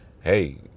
hey